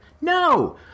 No